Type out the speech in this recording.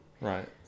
Right